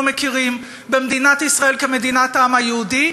מכירים במדינת ישראל כמדינת העם היהודי,